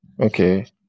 Okay